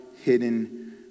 Hidden